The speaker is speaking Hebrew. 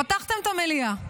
פתחתם את המליאה.